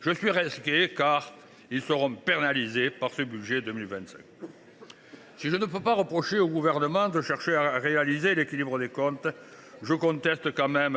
Je suis inquiet, car ils seront pénalisés par ce budget pour 2025. Si je ne peux pas reprocher au Gouvernement de chercher à réaliser l’équilibre des comptes, je conteste